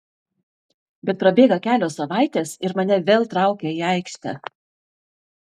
bet prabėga kelios savaitės ir mane vėl traukia į aikštę